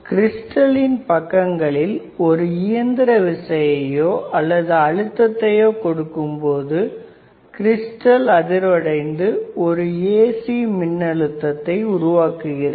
கிரிஸ்டலின் பக்கங்களில் ஒரு இயந்திர விசையையோ அல்லது அழுத்தத்தையோ கொடுக்கும் பொழுது கிரிஸ்டல் அதிர்வடைந்து ஒரு AC மின் அழுத்தத்தை உருவாக்குகிறது